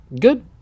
Good